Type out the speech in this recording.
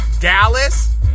Dallas